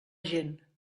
gent